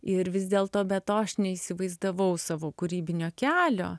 ir vis dėl to be to aš neįsivaizdavau savo kūrybinio kelio